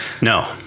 No